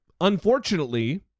unfortunately